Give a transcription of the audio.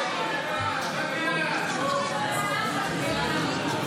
שבי בשקט.